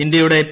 ഇന്ത്യയുടെ പി